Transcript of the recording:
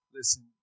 Listen